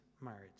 marriage